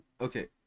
okay